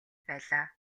байлаа